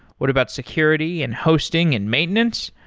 what about security and hosting and maintenance?